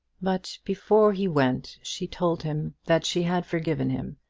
but before he went she told him that she had forgiven him,